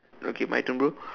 okay my turn bro